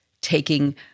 taking